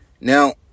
Now